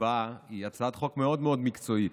להצבעה היא הצעת חוק מאוד מאוד מקצועית,